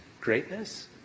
greatness